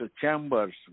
Chambers